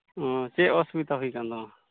ᱪᱮᱫ ᱚᱥᱩᱵᱤᱫᱟ ᱦᱩᱭᱟᱠᱟᱱ ᱛᱟᱢᱟ